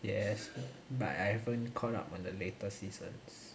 yes but I haven't caught up on the latest seasons